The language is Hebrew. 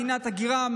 מדינת הגירה,